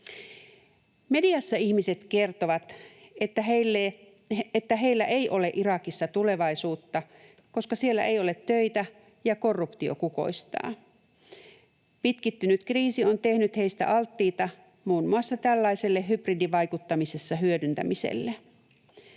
Mediassa ihmiset kertovat, että heillä ei ole Irakissa tulevaisuutta, koska siellä ei ole töitä ja korruptio kukoistaa. Pitkittynyt kriisi on tehnyt heistä alttiita muun muassa tällaiselle hybridivaikuttamisessa hyödyntämiselle.